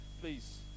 please